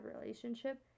relationship